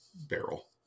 barrel